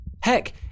Heck